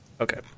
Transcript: Okay